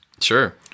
Sure